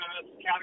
category